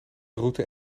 route